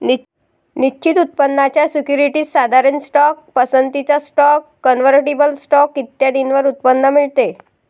निश्चित उत्पन्नाच्या सिक्युरिटीज, साधारण स्टॉक, पसंतीचा स्टॉक, कन्व्हर्टिबल स्टॉक इत्यादींवर उत्पन्न मिळते